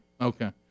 Okay